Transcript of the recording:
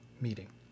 meeting